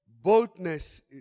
boldness